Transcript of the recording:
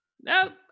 Nope